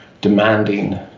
demanding